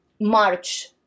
March